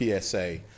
PSA